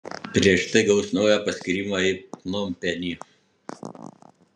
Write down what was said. prieš tai gaus naują paskyrimą į pnompenį